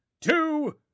two